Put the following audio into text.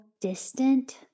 distant